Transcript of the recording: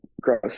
gross